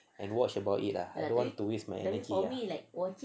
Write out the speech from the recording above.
and watch about it lah don't want to waste my energy ah